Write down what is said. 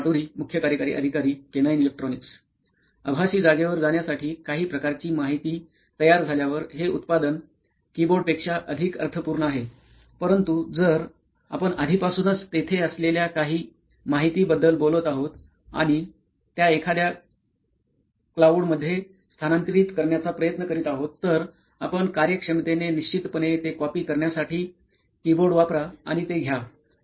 सिद्धार्थ माटुरी मुख्य कार्यकारी अधिकारी केनोइन इलेक्ट्रॉनीक्स आभासी जागेवर जाण्यासाठी काही प्रकारची माहिती तयार झाल्यावर हे उत्पादन कीबोर्ड पेक्षा अधिक अर्थपूर्ण आहे परंतु जर आपण आधीपासूनच तेथे असलेल्या काही माहितीबद्दल बोलत आहोत आणि त्या एखाद्या कलाऊडमधेय स्थानांतरित करण्याचा प्रयत्न करीत आहोत तर आपण कार्यक्षमतेने निश्चितपणे ते कॉपी करण्यासाठी कीबोर्ड वापरा आणि ते घ्या